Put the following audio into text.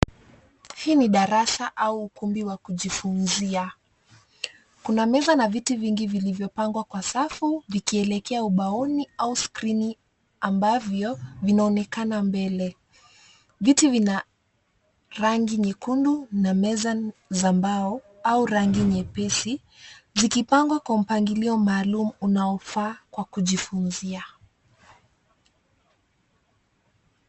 Hii ni darasa au ukumbi wa kujifunzia. Kuna meza na viti vingi vilivyopangwa kwa safu vikielekea ubaoni au skrini, ambavyo vinaonekana mbele. Viti vina rangi nyekundu na meza za mbao au rangi nyepesi, zikipangwa kwa mpangilio maalum unaofaa kwa kujifunzia.